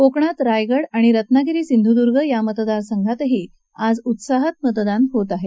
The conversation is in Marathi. कोकणात रायगड आणि रत्नागिरी सिंधुदुर्ग मतदारसंघातही आज उत्साहात मतदान सुरू आहे